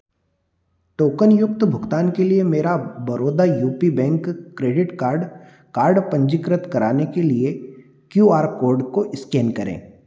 टोकनयुक्त भुगतान के लिए मेरा Baroda U P bank credit card card पंजीकृत कराने के लिए क्यू आर कोड को इस्कैन करें